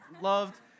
loved